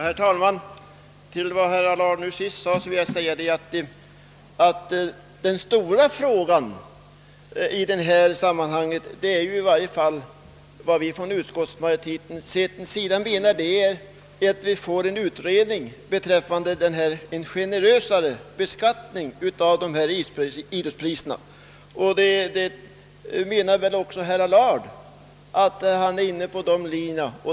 Herr talman! Den stora frågan i detta sammanhang anser utskottsmajoriteten vara att vi får en utredning beträffande generösare beskattning av idrottspriserna. Även herr Allard tycks vara inne på den linjen.